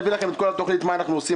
נביא לכם את כל התכנית מה אנחנו עושים,